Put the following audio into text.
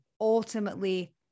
Ultimately